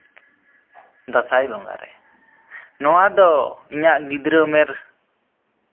ᱫᱟᱸᱥᱟᱭ ᱵᱚᱸᱜᱟ ᱨᱮ ᱱᱚᱶᱟ ᱫᱚ ᱤᱧᱟᱹᱜ ᱜᱤᱫᱽᱨᱟᱹ ᱩᱢᱮᱨ